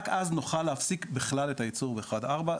רק אז נוכל להפסיק בכלל את הייצור באחד ארבע.